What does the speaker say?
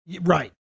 Right